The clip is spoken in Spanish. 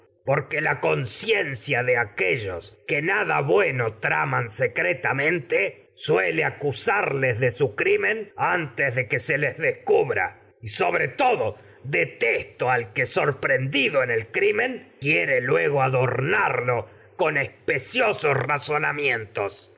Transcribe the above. la conciencia de suele aquellos nada bueno traman secretamente que se acusarles de su crimen antes de les en descubra y sobre el crimen quiere todo detesto al que con sorprendido luego adornarlo especiosos razonamientos